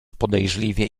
podejrzliwie